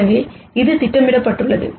எனவே இது திட்டமிடப்பட்டுள்ளது